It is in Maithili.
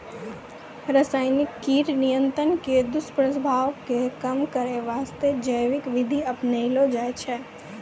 रासायनिक कीट नियंत्रण के दुस्प्रभाव कॅ कम करै वास्तॅ जैविक विधि अपनैलो जाय छै